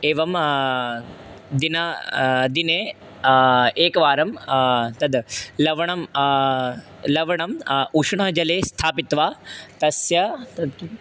एवं दिने दिने एकवारं तद् लवणं लवणम् उष्णजले स्थापित्वा तस्य तत्